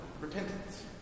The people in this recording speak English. repentance